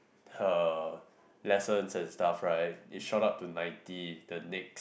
her lessons and stuff right it shot up to ninety in the Nexther lessons and stuff right it shot up to ninety in the next